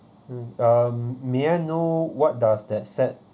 um may I know what does that set